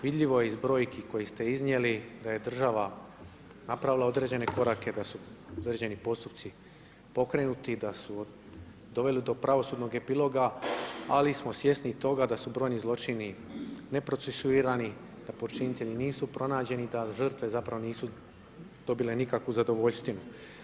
Vidljivo je iz brojki koje ste iznijeli da je država napravila određene korake, da su određeni postupci pokrenuti, da su doveli do pravosudnog epiloga, ali smo svjesni i toga da su brojni zločini neprocesuirani, da počinitelji nisu pronađeni, da žrtve zapravo nisu dobile nikakvu zadovoljštinu.